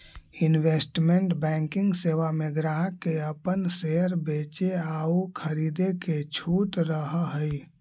investment banking सेवा में ग्राहक के अपन शेयर बेचे आउ खरीदे के छूट रहऽ हइ